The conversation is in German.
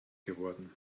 geworden